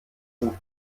sind